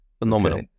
Phenomenal